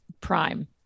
prime